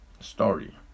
story